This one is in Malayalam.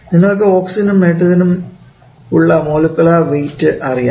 നിങ്ങൾക്ക് ഓക്സിജനും നൈട്രജനും ഉള്ള മോളിക്കുലർ വെയിറ്റ് അറിയാം